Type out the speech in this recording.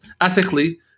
ethically